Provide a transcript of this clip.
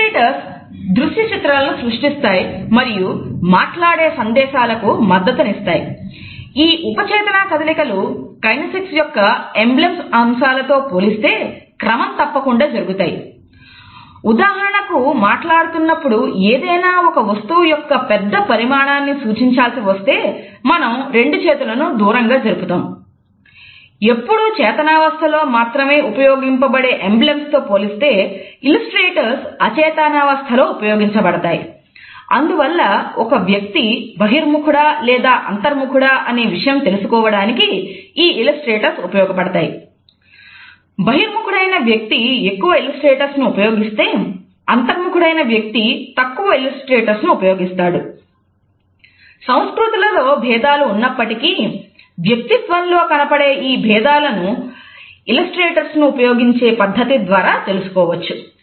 illustrators ను ఉపయోగించే పద్ధతి ద్వారా తెలుసుకోవచ్చు